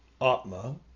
atma